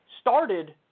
started